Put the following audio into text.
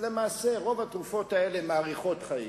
רוב התרופות האלה למעשה מאריכות חיים.